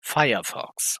firefox